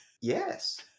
Yes